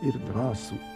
ir drąsų